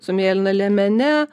su mėlyna liemene